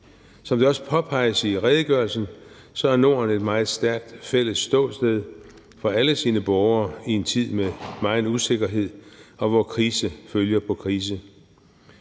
Som det også påpeges i redegørelsen, er Norden et meget stærkt fælles ståsted for alle sine borgere i en tid med megen usikkerhed, hvor krise følger på krise.